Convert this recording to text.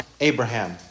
Abraham